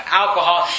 alcohol